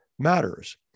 matters